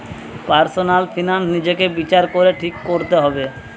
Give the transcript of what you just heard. personal finance নিজেকে বিচার করে ঠিক কোরতে হবে